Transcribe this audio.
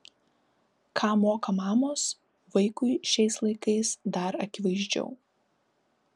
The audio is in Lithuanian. ką moka mamos vaikui šiais laikais dar akivaizdžiau